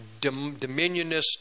dominionist